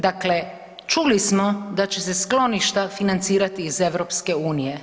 Dakle, čuli smo da će se skloništa financirati iz EU.